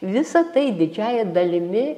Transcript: visa tai didžiąja dalimi